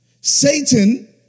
Satan